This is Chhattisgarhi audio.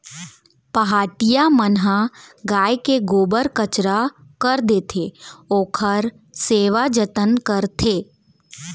पहाटिया मन ह गाय के गोबर कचरा कर देथे, ओखर सेवा जतन करथे